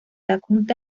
adjunta